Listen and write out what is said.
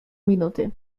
minuty